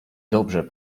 dobrze